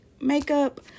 makeup